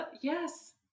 Yes